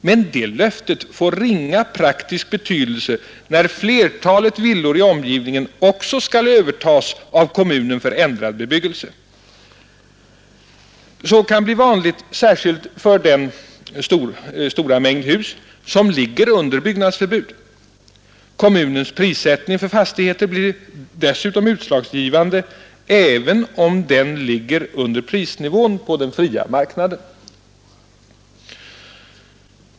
Men det löftet får ringa praktisk betydelse när flertalet villor i omgivningen också skall övertas av kommunen för ändrad bebyggelse. Så kan bli vanligt särskilt för den stora mängd hus som ligger under byggnadsförbud. Kommunens prissättning för fastigheter blir dessutom utslagsgivande även om den ligger under prisnivån på den fria marknaden.